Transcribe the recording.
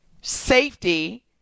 safety